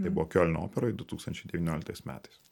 tai buvo kiolno operoj du tūkstančiai devynioliktais metais